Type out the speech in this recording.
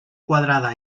quadrada